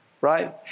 right